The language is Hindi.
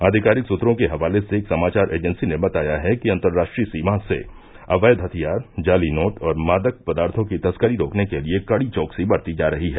आधिकारिक सूत्रों के हवाले से एक समाचार एजेंसी ने बताया है कि अन्तर्राष्ट्रीय सीमा से अवैध हथियार जाली नोट और मादक पदार्थो की तस्करी रोकने के लिये कड़ी चौकसी बरती जा रही है